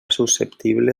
susceptible